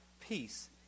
peace